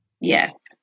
Yes